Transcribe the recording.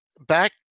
back